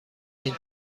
این